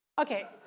Okay